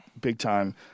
big-time